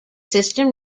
system